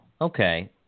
okay